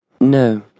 No